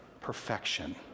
perfection